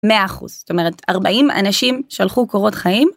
100% זאת אומרת 40 אנשים שלחו קורות חיים.